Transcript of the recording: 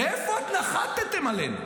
מאיפה נחתם עלינו,